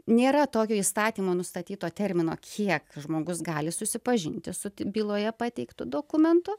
nėra tokio įstatymo nustatyto termino kiek žmogus gali susipažinti su byloje pateiktu dokumentu